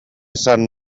sant